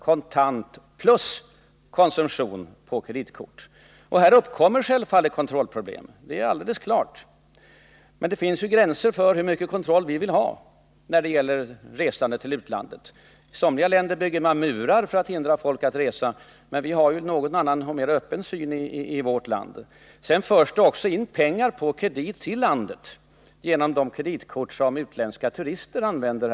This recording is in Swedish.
kontant inkl. konsumtion på kreditkort. Härvidlag uppkommer självfallet kontrollproblem, men det finns också gränser för hur mycket av kontroll vi vill ha när det gäller resande till utlandet. I somliga länder bygger man murar för att hindra folk från att resa, men vi har ju en annan och mer öppen syn på detta i vårt land. Dessutom förs det också in pengar i landet genom de kreditkort som utländska turister använder.